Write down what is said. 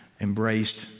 embraced